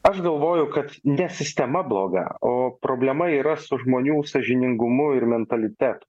aš galvoju kad ne sistema bloga o problema yra su žmonių sąžiningumu ir mentalitetu